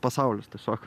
pasaulis tiesiog